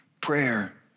Prayer